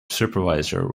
supervisor